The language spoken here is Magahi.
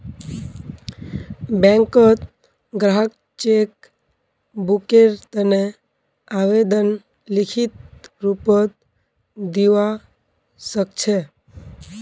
बैंकत ग्राहक चेक बुकेर तने आवेदन लिखित रूपत दिवा सकछे